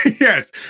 Yes